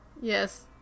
Yes